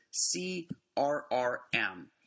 CRRM